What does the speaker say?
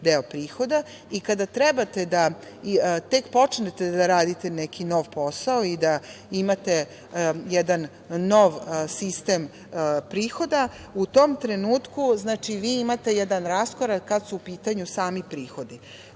deo prihoda i kada trebate da tek počnete da radite neki nov posao i da imate jedan nov sistem prihoda, u tom trenutku vi imate jedan raskorak kada su u pitanju sami prihodi.